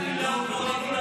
אתה עושה עלילה.